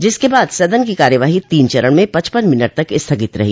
जिसके बाद सदन की कार्यवाही तीन चरण में पचपन मिनट तक स्थगित रही